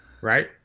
right